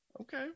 Okay